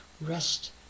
Rest